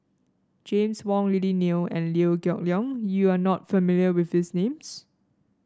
James Wong Lily Neo and Liew Geok Leong you are not familiar with these names